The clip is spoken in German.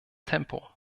tempo